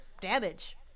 damage